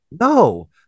no